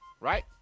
Right